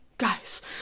Guys